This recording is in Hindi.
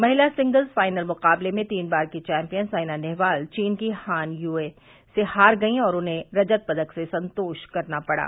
महिला सिंगल्स फाइनल मुकाबले में तीन बार की चौंपियन सायना नेहवाल चीन की हान यूए से हार गई और उन्हें रजत पदक से संतोष करना पड़ा